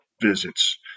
Visits